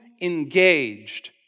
engaged